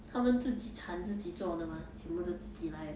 他们自己产自己做的 mah 全部都自己来的